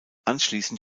anschließend